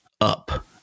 up